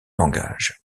langage